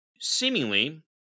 seemingly